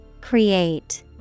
Create